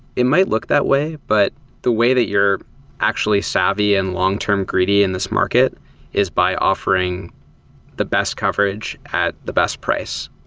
it might look that way, but the way that you're actually savvy and long-term greedy in this market is by offering the best coverage at the best price.